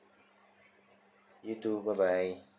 you too bye bye